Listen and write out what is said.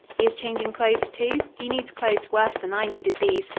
he is changing clothes, too? he needs clothes worse than i needed these.